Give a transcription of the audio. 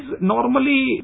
normally